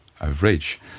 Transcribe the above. average